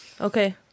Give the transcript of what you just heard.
Okay